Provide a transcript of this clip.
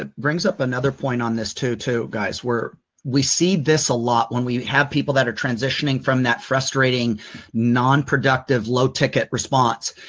ah brings up another point on this too too, guys, where we see this a lot when we have people that are transitioning from that frustrating non-productive, low-ticket response.